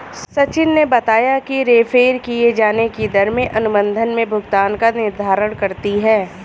सचिन ने बताया कि रेफेर किये जाने की दर में अनुबंध में भुगतान का निर्धारण करती है